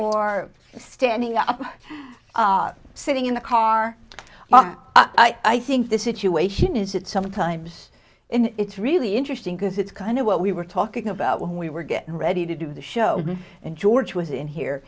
or standing up sitting in the car but i think this it you asian is it sometimes in it's really interesting because it's kind of what we were talking about when we were getting ready to do the show and george was in here